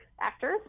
actors